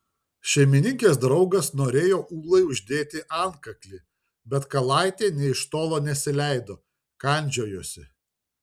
šeimininkės draugas norėjo ūlai uždėti antkaklį bet kalaitė nė iš tolo nesileido kandžiojosi